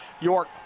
York